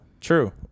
true